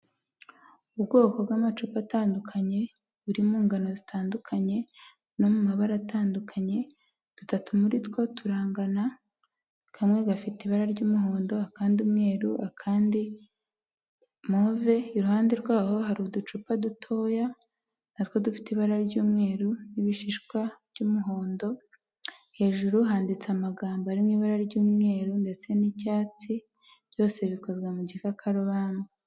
Ubwoko bw'amacupa atandukanye, buri mu ngano zitandukanye no mu mabara atandukanye, dutatu muri two turangana, kamwe gafite ibara ry'umuhondo, akandi umweru, akandi move, iruhande rwaho hari uducupa dutoya na two dufite ibara ry'umweru n'ibishishwa by'umuhondo, hejuru handitse amagambo ari mu ibara ry'umweru ndetse n'icyatsi, byose bikozwe mu gikakarubamba.